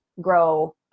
grow